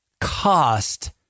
cost